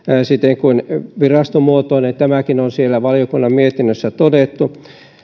siten kuin virastomuotoinen tämäkin on valiokunnan mietinnössä todettu